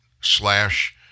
slash